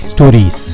Stories